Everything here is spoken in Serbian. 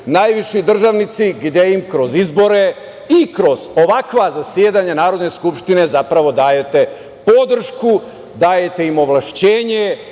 najviši državnici, gde im kroz izbore i kroz ovakva zasedanja Narodne skupštine zapravo dajete podršku, dajete im ovlašćenje